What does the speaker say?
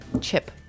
Chip